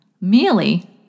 Mealy